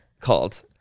called